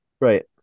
right